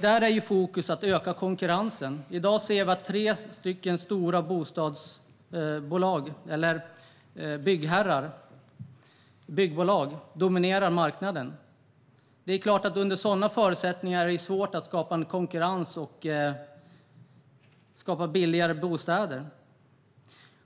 Där är fokus att öka konkurrensen. I dag ser vi att tre stora byggherrar, byggbolag, dominerar marknaden. Det är klart att det under sådana förutsättningar är svårt att skapa en konkurrens och att skapa billigare bostäder.